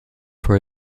for